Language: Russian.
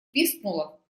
пискнула